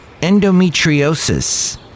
Endometriosis